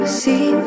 see